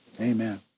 Amen